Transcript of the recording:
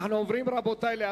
אנחנו עוברים להצבעה.